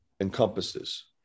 encompasses